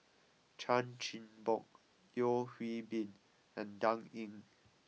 Chan Chin Bock Yeo Hwee Bin and Dan Ying